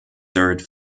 third